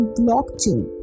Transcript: blockchain